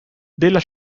della